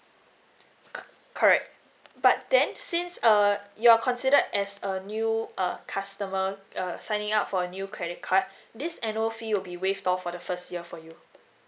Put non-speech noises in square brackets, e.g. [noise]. c~ correct but then since uh you're considered as a new uh customer uh signing up for a new credit card [breath] this annual fee will be waived off for the first year for you